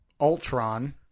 Ultron